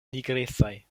nigrecaj